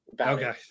Okay